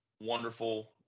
wonderful